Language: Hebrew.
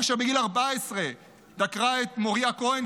אשר בגיל 14 דקרה את מוריה כהן,